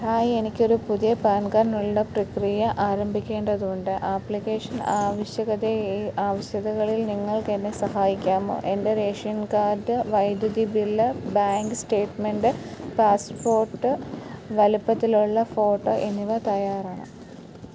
hi എനിക്ക് ഒരു പുതിയ പാൻ കാഡിനുള്ള പ്രക്രിയ ആരംഭിക്കേണ്ടതുണ്ട് ആപ്ലിക്കേഷൻ ആവശ്യതകളിൽ നിങ്ങൾക്ക് എന്നെ സഹായിക്കാമോ എന്റെ റേഷൻ കാർഡ് വൈദ്യുതി ബില്ല് ബാങ്ക് സ്റ്റേറ്റ്മെന്റ് പാസ്പ്പോട്ട് വലിപ്പത്തിലുള്ള ഫോട്ടോ എന്നിവ തയ്യാറാണ്